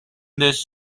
this